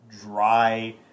dry